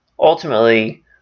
Ultimately